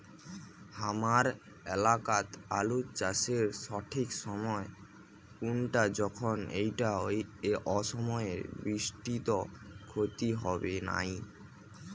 হামার এলাকাত আলু চাষের সঠিক সময় কুনটা যখন এইটা অসময়ের বৃষ্টিত ক্ষতি হবে নাই?